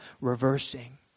reversing